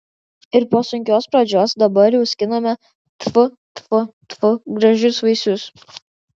ir po sunkios pradžios dabar jau skiname tfu tfu tfu gražius vaisius